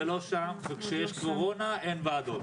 זה לא שם וכשיש קורונה אין ועדות.